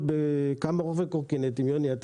יוני, כמה?